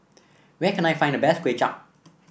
where can I find the best Kway Chap